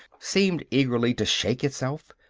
seemed eagerly to shake itself,